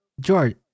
George